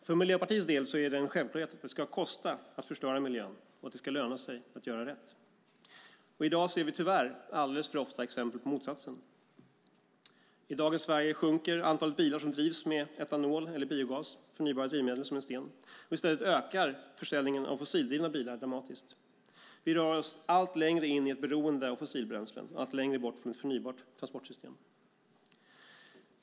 För Miljöpartiets del är det en självklarhet att det ska kosta att förstöra miljön och att det ska löna sig att göra rätt. I dag ser vi tyvärr alldeles för ofta exempel på motsatsen. I dagens Sverige sjunker antalet bilar som drivs med etanol eller biogas - förnybara drivmedel - som en sten. I stället ökar försäljningen av fossildrivna bilar dramatiskt. Vi rör oss allt längre in i ett beroende av fossilbränslen och allt längre bort från ett förnybart transportsystem.